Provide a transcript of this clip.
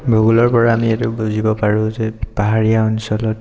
ভূগোলৰপৰা আমি এইটো বুজিব পাৰোঁ যে পাহাৰীয়া অঞ্চলত